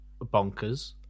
bonkers